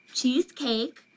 cheesecake